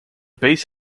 base